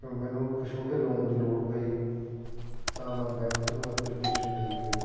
ਕਿ ਮੈਨੂੰ ਇੱਕ ਛੋਟੇ ਲੋਨ ਦੀ ਲੋੜ ਪਈ ਤਾਂ ਮੈਂ ਬੈਂਕ ਨੂੰ ਐਪਲੀਕੇਸ਼ਨ ਦੇ ਕੇ